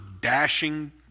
dashing